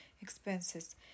expenses